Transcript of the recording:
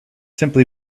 simply